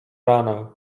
ranę